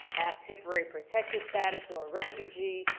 have temporary protected status or refugee,